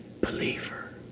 believer